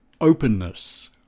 openness